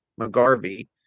McGarvey